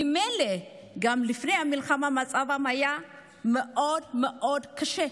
ממילא גם לפני המלחמה מצבם היה מאוד מאוד קשה.